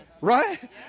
Right